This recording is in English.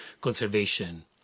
conservation